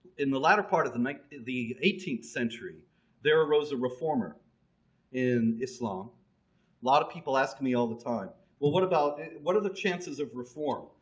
in the latter part of the like the eighteenth century there arose a reformer in islam. a lot of people ask me all the time well what about what are the chances of reform?